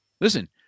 listen